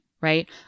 right